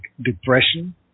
depression